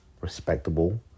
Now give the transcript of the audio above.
respectable